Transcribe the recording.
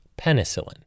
penicillin